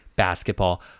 basketball